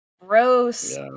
gross